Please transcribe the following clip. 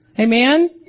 Amen